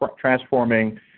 transforming